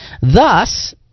Thus